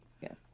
Yes